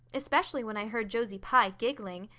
especially when i heard josie pye giggling.